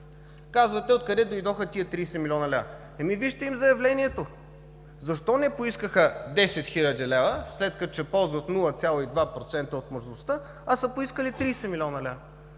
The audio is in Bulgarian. Казвате откъде дойдоха тези 30 млн. лв.? Вижте им заявлението. Защо не поискаха 10 000 лв., след като ще ползват 0,2% от мощността, а са поискали 30 млн. лв.?